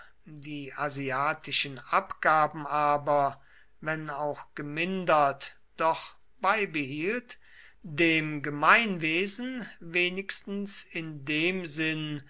die asiatischen abgaben aber wenn auch gemindert doch beibehielt dem gemeinwesen wenigstens in dem sinn